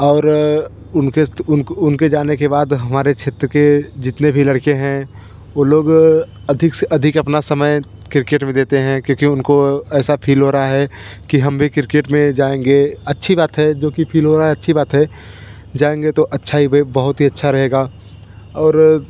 और उनके जाने के बाद हमारे क्षेत्र के जीतने भी लड़के हैं वो लोग अधिक से अधिक अपना समय क्रिकेट में देते हैं क्योंकि उनको ऐसा फिल हो रहा है कि हम भी क्रिकेट में जाएंगे अच्छी बात है जो कि फिल हो रहा है अच्छी बात है जाएंगे तो अच्छा ही वह बहुत ही अच्छा रहेगा और